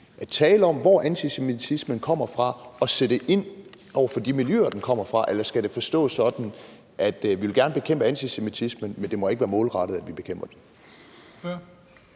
at tale om, hvor antisemitismen kommer fra og at sætte ind over for de miljøer, den kommer fra? Eller skal det forstås sådan, at vi gerne vil bekæmpe antisemitismen, men at det ikke må være målrettet, vi bekæmper den? Kl.